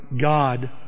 God